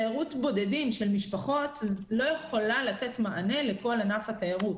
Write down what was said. תיירות בודדים של משפחות לא יכולה לתת מענה לכל ענף התיירות,